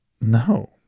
No